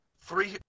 three